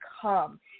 come